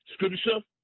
Scripture